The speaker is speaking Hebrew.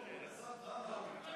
הביטוח (תיקון, הארכת תקופת ההתיישנות),